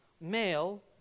male